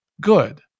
good